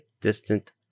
distant